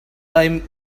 time